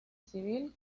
civil